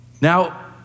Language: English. Now